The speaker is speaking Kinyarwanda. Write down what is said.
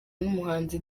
n’umuhanzi